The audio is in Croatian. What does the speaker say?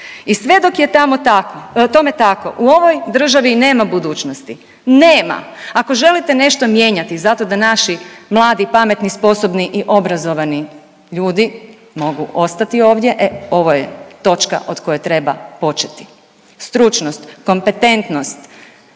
tamo tako, tome tako u ovoj državi nema budućnosti. Nema, ako želite nešto mijenjati zato da naši mladi, pametni, sposobni i obrazovani ljudi mogu ostati ovdje, e ovo je točka od koje treba početi stručnost, kompetentnost,